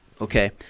okay